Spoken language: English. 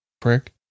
Prick